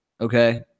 Okay